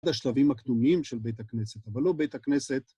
השלבים הקדומים של בית הכנסת, אבל לא בית הכנסת.